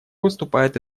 выступает